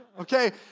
Okay